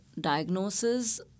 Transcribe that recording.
diagnosis